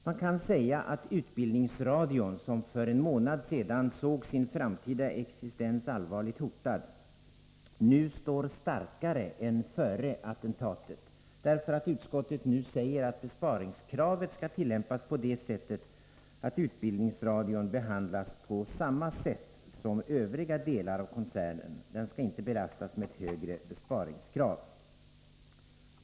Man kan säga att utbildningsradion, som för en månad sedan såg sin framtida existens allvarligt hotad, nu står starkare än före attentatet, därför att utskottet nu säger att besparingskravet skall tillämpas så, att utbildningsradion behandlas på samma sätt som övriga delar av koncernen och inte belastas med högre besparingskrav.